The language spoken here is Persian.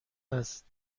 است